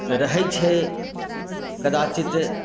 रहैत छै कदाचित